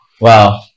Wow